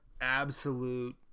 absolute